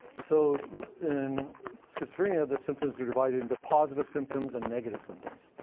so in schizophrenia, the symptoms are divided into positive symptoms and negative symptoms.